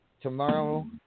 tomorrow